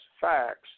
facts